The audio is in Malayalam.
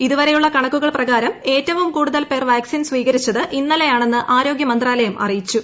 ഇതുവരെയുള്ള കണക്കുകൾ പ്രകാരം ഏറ്റവും കൂടുതൽ പേർ വാക്സിൻ സ്വീകരിച്ചത് ഇന്നലെയാണെന്ന് ആരോഗ്യ മന്ത്രാലയം അറിയിച്ചു